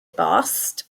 bost